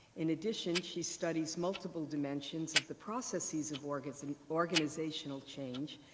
in addition, she studies multiple dimensions of the processes of organs and organizational change,